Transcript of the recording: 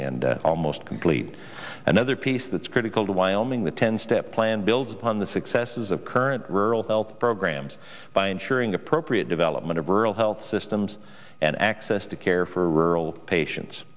and almost complete another piece that's critical to wyoming the ten step plan builds upon the successes of current rural health programs by ensuring appropriate development of rural health systems and access to care for rural